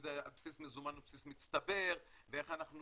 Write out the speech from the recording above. זה על בסיס מזומן או על בסיס מצטבר ואיך אנחנו